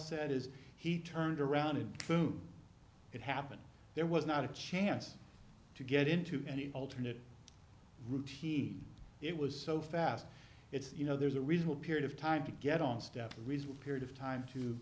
said is he turned around and through it happened there was not a chance to get into any alternate routes he it was so fast it's you know there's a reasonable period of time to get on staff a reasonable period of time